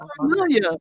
familiar